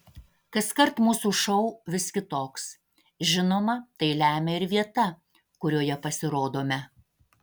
kaskart mūsų šou vis kitoks žinoma tai lemia ir vieta kurioje pasirodome